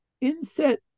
inset